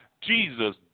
Jesus